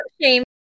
shame